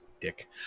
dick